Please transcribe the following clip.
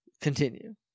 Continue